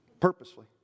purposely